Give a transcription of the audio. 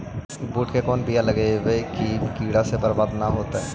बुंट के कौन बियाह लगइयै कि कीड़ा से बरबाद न हो?